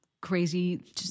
crazy